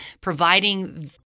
providing